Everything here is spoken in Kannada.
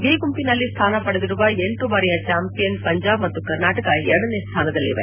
ಬಿ ಗುಂಪಿನಲ್ಲಿ ಸ್ಥಾನಪಡೆದಿರುವ ಎಂಟು ಬಾರಿಯ ಚಾಂಪಿಯನ್ ಪಂಜಾಬ್ ಮತ್ತು ಕರ್ನಾಟಕ ಎರಡನೇ ಸ್ಥಾನದಲ್ಲಿವೆ